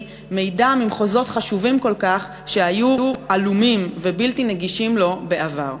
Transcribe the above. מידע ממחוזות חשובים כל כך שהיו עלומים ובלתי נגישים לו בעבר.